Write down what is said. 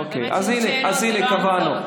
אבל באמת על שאלות, לא על עובדות.